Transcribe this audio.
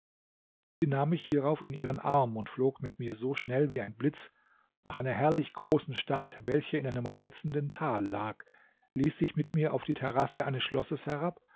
sie nahm mich hierauf in ihren arm und flog mit mir so schnell wie ein blitz nach einer herrlichen großen stadt welche in einem reizenden tal lag ließ sich mit mir auf die terrasse eines schlosses herab